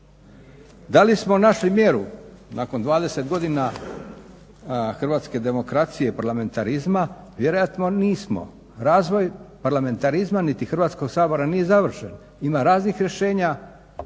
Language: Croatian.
Da li smo našli mjeru nakon 20 godina hrvatske demokracije i parlamentarizma, vjerojatno nismo. Razvoj parlamentarizma niti Hrvatskog sabora nije završen, ima raznih rješenja.